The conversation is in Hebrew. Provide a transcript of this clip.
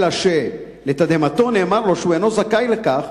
אלא שלתדהמתו נאמר לו שהוא אינו זכאי לכך,